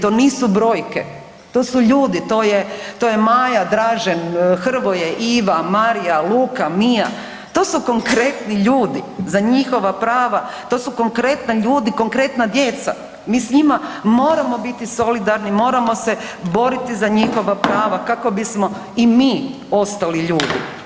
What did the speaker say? To nisu brojke, to su ljudi, to je Maja, Dražen, Hrvoje, Iva, Marija, Luka, Mia to su konkretni ljudi za njihova prava, to su konkretni ljudi, konkretna djeca, mi s njima moramo biti solidarni, moramo se boriti za njihova prava kako bismo i mi ostali ljudi.